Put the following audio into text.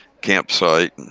campsite